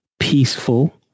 peaceful